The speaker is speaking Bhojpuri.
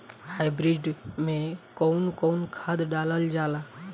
हाईब्रिड में कउन कउन खाद डालल जाला?